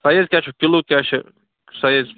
size کیاہ چھِ kilo کیاہ چھِ سایِز